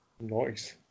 Nice